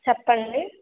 చెప్పండి